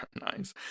Nice